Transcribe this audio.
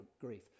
grief